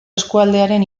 eskualdearen